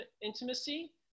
intimacy